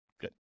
Good